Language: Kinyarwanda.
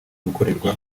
gukorerwa